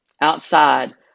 outside